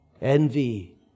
Envy